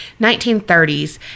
1930s